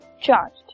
charged